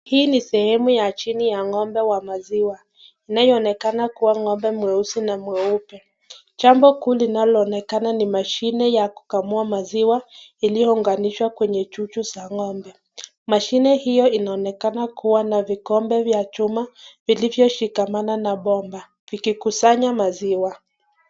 Hii ni sehemu ya chini ya ng'ombe wa maziwa. Inayo onekana kuwa ng'ombe mweusi na mweupe. Jambo kuu linalo onekana ni mashine ya kilukamua maziwa, iliyo unganishwa kwenye chuchu za ng'ombe. Mashine hiyo inaonekana kuwa na vikonbe vya chuma, vilivyo shikamana na bomba, zikikusanya maziwa.